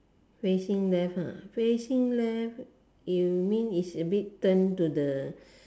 facing left facing left you mean is turn to the